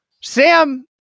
Sam